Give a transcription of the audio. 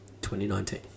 2019